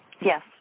yes